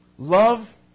Love